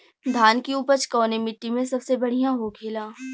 धान की उपज कवने मिट्टी में सबसे बढ़ियां होखेला?